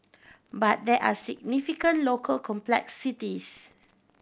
but there are significant local complexities